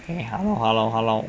eh hello hello hello